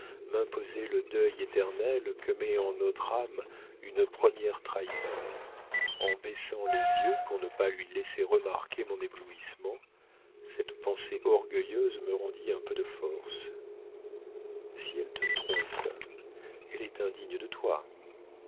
m'imposer le deuil éternel que met en notre âme une première trahison en baissant les yeux pour ne pas lui laisser remarquer mon éblouissement cette pensée orgueilleuse me rendit un peu de force si elle te trompe elle est indigne de toi